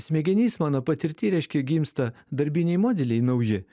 smegenys mano patirty reiškia gimsta darbiniai modeliai nauji